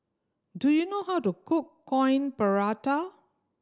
do you know how to cook Coin Prata